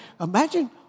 Imagine